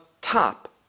top